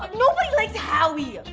ah nobody likes howie! i